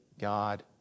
God